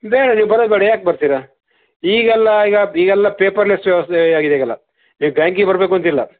ಬೇಡ ನೀವು ಬರೋದು ಬೇಡ ಯಾಕೆ ಬರ್ತೀರಾ ಈಗೆಲ್ಲ ಈಗ ಈಗೆಲ್ಲ ಪೇಪರ್ ಲೆಸ್ ಆಗಿದೆ ಈಗೆಲ್ಲ ನೀವು ಬ್ಯಾಂಕಿಗೆ ಬರಬೇಕು ಅಂತಿಲ್ಲ